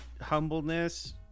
humbleness